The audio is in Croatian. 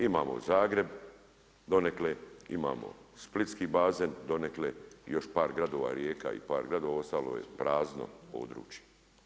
Imamo Zagreb donekle, imamo splitski bazne donekle i još par gradova, Rijeka i par gradova, ostalo je prazno područje.